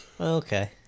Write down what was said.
Okay